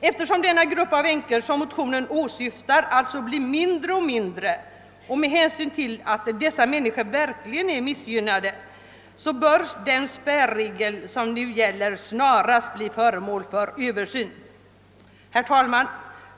Eftersom den grupp av änkor som motionen åsyftar alltså blir mindre och mindre och med hänsyn till att dessa människor verkligen är missgynnade, bör den spärregel som nu gäller snarast bli föremål för översyn. Herr talman!